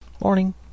Morning